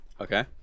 Okay